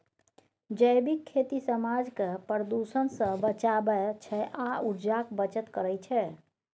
जैबिक खेती समाज केँ प्रदुषण सँ बचाबै छै आ उर्जाक बचत करय छै